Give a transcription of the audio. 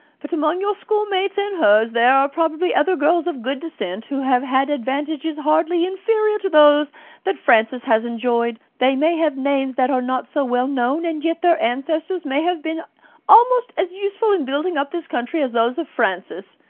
but among your schoolmates and hers there are probably other girls of good descent, who have had advantages hardly inferior to those that frances has enjoyed. they may have names that are not so well known, and yet their ancestors may have been almost as useful in building up this country as those of frances.